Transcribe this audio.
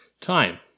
time